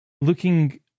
looking